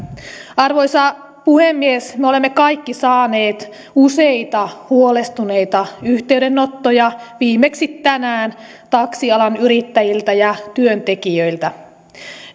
arvoisa puhemies me olemme kaikki saaneet useita huolestuneita yhteydenottoja viimeksi tänään taksialan yrittäjiltä ja työntekijöiltä he